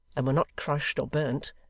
and were not crushed or burnt,